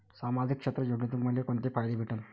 सामाजिक क्षेत्र योजनेतून मले कोंते फायदे भेटन?